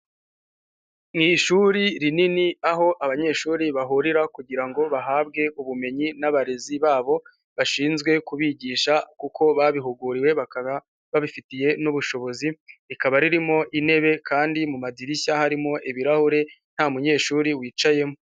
Mu ishuri rinini aho abanyeshuri bahurira kugira ngo bahabwe ubumenyi n'abarezi babo bashinzwe kubigisha, kuko babihuguriwe bakaba babifitiye n'ubushobozi, rikaba ririmo intebe kandi mu madirishya harimo ibirahure nta munyeshuri wicayemo.